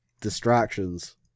Distractions